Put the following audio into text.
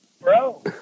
bro